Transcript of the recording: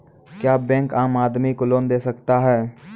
क्या बैंक आम आदमी को लोन दे सकता हैं?